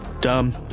dumb